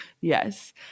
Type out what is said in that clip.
Yes